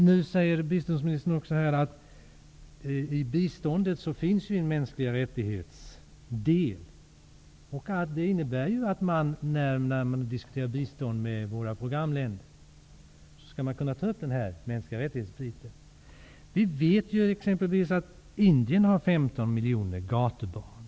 Nu säger biståndsministern också att det i biståndet finns en del om mänskliga rättigheter, och det innebär att vi när vi diskuterar bistånd med våra programländer skall kunna ta upp sådana frågor. Vi vet exempelvis att Indien har 15 miljoner gatubarn.